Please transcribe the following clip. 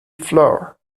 floor